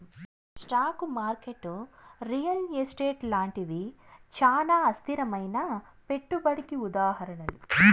stock market real estate లాంటివి చానా అస్థిరమైనా పెట్టుబడికి ఉదాహరణలు